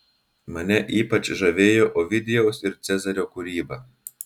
mane ypač žavėjo ovidijaus ir cezario kūryba